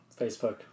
Facebook